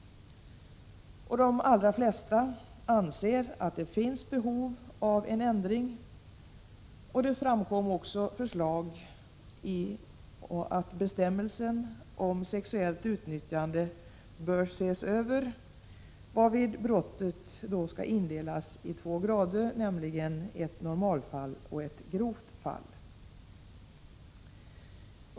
De allra flesta anser att det finns behov av en ändring, och det framkom också förslag att bestämmelsen om sexuellt utnyttjande bör ses över, varvid brottet indelas i två grader, nämligen ett normalfall och ett grovt fall.